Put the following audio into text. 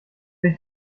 sich